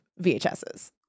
VHSs